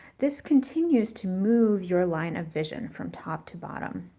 this continues to move your line of vision from top to bottom.